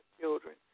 children